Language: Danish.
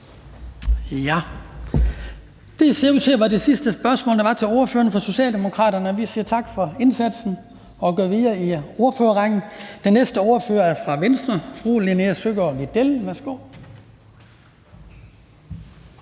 Det ser ud til at være det sidste spørgsmål, der var til ordføreren for Socialdemokraterne. Vi siger tak for indsatsen og går videre i ordførerrækken. Den næste ordfører er fra Venstre. Fru Linea Søgaard-Lidell,